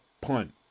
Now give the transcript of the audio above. punt